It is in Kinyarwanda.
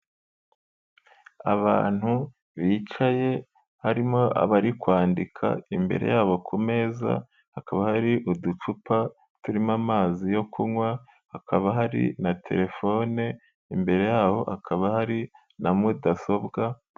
Abantu bicaye, harimo abari kwandika, imbere yabo ku meza hakaba hari uducupa turimo amazi yo kunywa, hakaba hari na telefone, imbere yabo hakaba hari na mudasobwa.